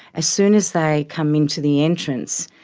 as soon as they come into the entrance,